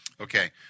Okay